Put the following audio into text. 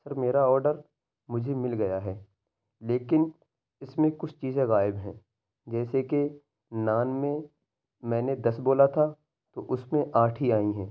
سر میرا آرڈر مجھے مل گیا ہے لیکن اس میں کچھ چیزیں غائب ہیں جیسے کہ نان میں میں نے دس بولا تھا تو اس میں آٹھ ہی آئی ہیں